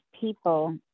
people